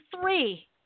three